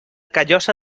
callosa